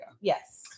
Yes